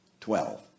Twelve